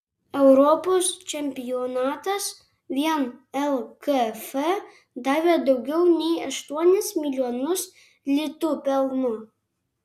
europos čempionatas vien lkf davė daugiau nei aštuonis milijonus litų pelno